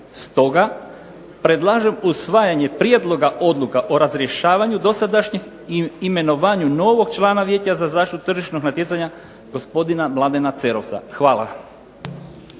Stoga predlažem usvajanje Prijedloga odluka o razrješavanju dosadašnjeg i imenovanju novog člana Vijeća za zaštitu tržišnog natjecanja gospodina Mladena Cerovca. Hvala.